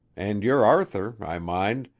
and your arthur, i mind,